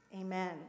Amen